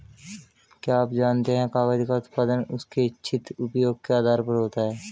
क्या आप जानते है कागज़ का उत्पादन उसके इच्छित उपयोग के आधार पर होता है?